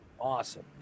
awesome